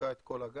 שסיפקה את כל הגז.